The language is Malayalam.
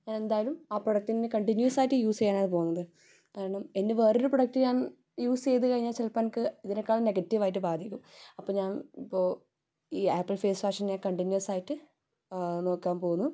എന്തായാലും ആ പ്രോഡക്റ്റ് തന്നെ കണ്ടിന്യൂസായിട്ട് യൂസ് ചെയ്യാനാണ് പോകുന്നത് കാരണം എൻ്റെ വേറൊരു പ്രൊഡക്റ്റ് ഞാൻ യൂസ് ചെയ്ത് കഴിഞ്ഞാൽ ചിലപ്പം എനിക്ക് ഇതിനെക്കാളും നെഗറ്റീവായിട്ട് ബാധിക്കും അപ്പം ഞാൻ ഇപ്പോൾ ഈ ആപ്പിൾ ഫേസ് വാഷിനെ കണ്ടിന്യൂസായിട്ട് നോക്കാൻ പോകുന്നു